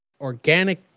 organic